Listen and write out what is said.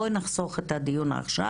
בואי נחסוך את הדיון עכשיו.